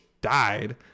died